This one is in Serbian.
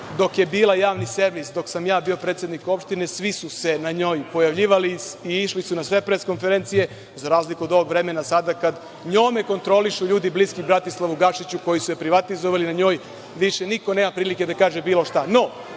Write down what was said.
dok je bila javni servis, dok sam ja bio predsednik opštine, svi su se na njoj pojavljivali i išli su na sve pres konferencije, za razliku od ovog vremena sada kada nju kontrolišu ljudi bliski Bratislavu Gašiću, koji su je privatizovali, na njoj više niko nema prilike da kaže bilo